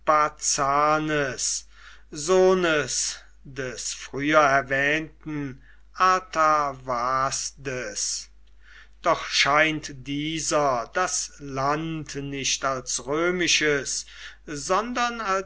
sohnes des früher erwähnten artavazdes doch scheint dieser das land nicht als römisches sondern